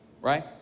Right